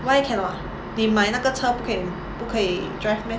why you cannot 你买那个车不可以不可以 drive meh